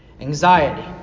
Anxiety